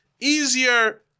easier